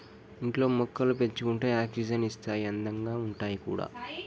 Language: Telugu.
ఇంట్లో మొక్కలు పెంచుకుంటే ఆక్సిజన్ ఇస్తాయి అందంగా ఉంటాయి కూడా